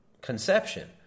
conception